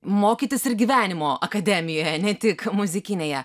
mokytis ir gyvenimo akademijoje ne tik muzikinėje